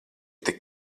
tik